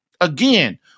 Again